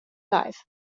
life